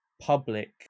Public